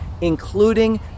including